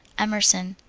emerson,